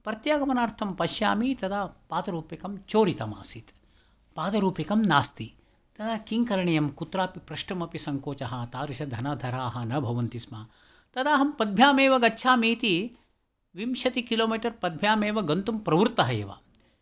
प्रत्यागमनार्थं पश्यामि तदा पादरूप्यकं चोरितमासीत् पादरूप्यकं नास्ति तदा किं करणीयं कुत्रापि प्रष्टुमपि सङ्कोचः तादृशधनधराः न भवन्ति स्म तदा अहं पद्भ्यामेव गच्छामीति विंशतिकिलोमीटर् पद्भ्यामेव गन्तुं प्रवृत्तः एव